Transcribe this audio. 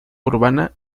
urbana